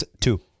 Two